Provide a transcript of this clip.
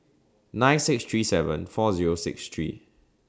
nine six three seven four Zero six three